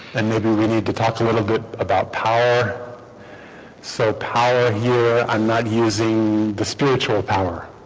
and maybe we need to talk a little bit about power so power here i'm not using the spiritual power